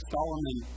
Solomon